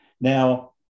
Now